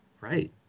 Right